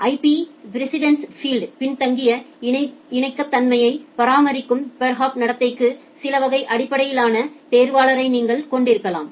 IP precedence field பின்தங்கிய இணக்கத்தன்மையை பராமரிக்கும் பெர்ஹாப் நடத்தைக்கு சில வகை அடிப்படையிலான தேர்வாளரை நீங்கள் கொண்டிருக்கலாம்